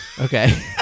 Okay